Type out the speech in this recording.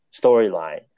storyline